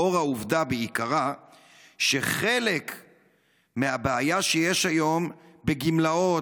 לאור העובדה שחלק מהבעיה שיש היום בגמלאות,